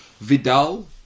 Vidal